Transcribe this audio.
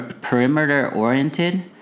perimeter-oriented